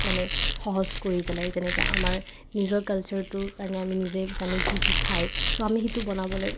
মানে সহজ কৰি পেলাই যেনেকৈ আমাৰ নিজৰ কালছাৰটোৰ কাৰণে আমি নিজে জানো কি কি খায় চ' আমি সেইটো বনাবলৈ